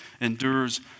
endures